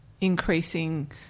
increasing